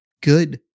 good